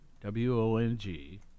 W-O-N-G